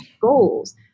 goals